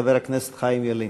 חבר הכנסת חיים ילין.